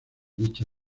dicha